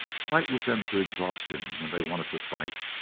fight with them to exhaustion when they wanted to fight,